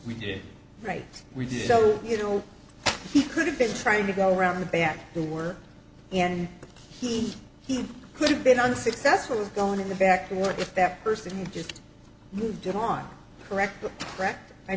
we did right we did so you know he could have been trying to go around the back to work and he could have been unsuccessful going in the back or if that person just moved on correct correct i